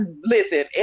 listen